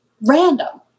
random